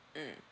mm